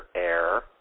air